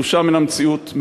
תלושה מן המציאות,